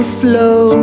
flow